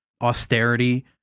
austerity